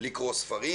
לקרוא ספרים.